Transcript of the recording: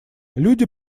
люди